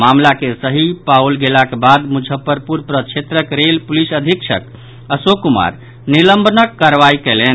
मामिला के सही पाओल गेलाक बाद मुजफ्फरपुर प्रक्षेत्रक रेल पुलिस अधीक्षक अशोक कुमार निलंबनक कार्रवाई कयलनि